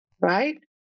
Right